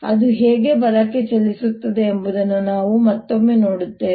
ಅದು ಹೇಗೆ ಬಲಕ್ಕೆ ಚಲಿಸುತ್ತದೆ ಎಂಬುದನ್ನು ನಾವು ಮತ್ತೊಮ್ಮೆ ನೋಡುತ್ತೇವೆ